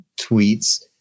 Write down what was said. tweets